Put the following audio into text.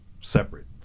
separate